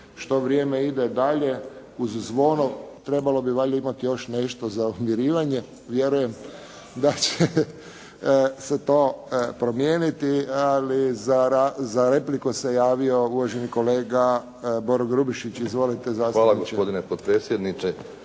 što vrijeme ide dalje uz zvono, trebalo bi valjda imati još nešto za umirivanje, vjerujem da će se to promijeniti. Za repliku se javio uvaženi kolega Boro Grubišić. Izvolite zastupniče.